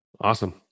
Awesome